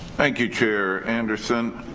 thank you chair anderson.